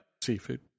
Seafood